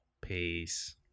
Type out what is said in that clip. Peace